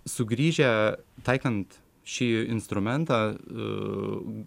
sugrįžę taikant šį instrumentą